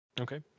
Okay